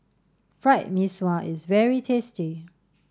Fried Mee Sua is very tasty